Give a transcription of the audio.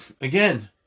again